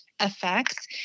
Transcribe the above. effects